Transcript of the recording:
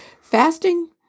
Fasting